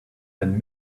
when